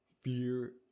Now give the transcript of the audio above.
Fear